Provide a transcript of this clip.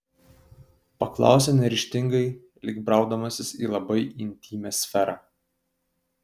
paklausė neryžtingai lyg braudamasis į labai intymią sferą